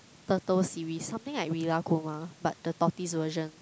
turtle series something like Rilakkuma but the tortoise version